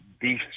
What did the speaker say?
beef